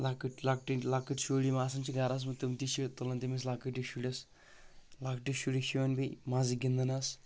لۄکٔٹۍ لۄکٔٹہِ لۄکٔٹۍ شُرۍ یِم آسان چھ گرس منٛز تِم تہِ چھ تُلان تٔمِس لۄکٹِس شُرِس لۄکٹِس شُرِس چھ یِوان بیٚیہِ مزٕ گِنٛدنس